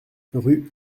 rue